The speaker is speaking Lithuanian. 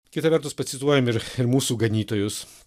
kita vertus pacituojam ir mūsų ganytojus